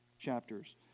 chapters